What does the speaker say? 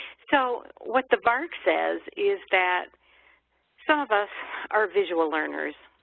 so what the vark says is that some of us are visual learners.